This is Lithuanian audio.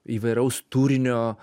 įvairaus turinio